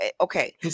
okay